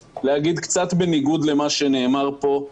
בניגוד למה שנאמר כאן,